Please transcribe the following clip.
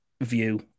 View